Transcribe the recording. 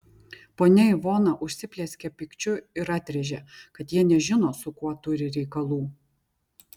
ponia ivona užsiplieskė pykčiu ir atrėžė kad jie nežino su kuo turi reikalų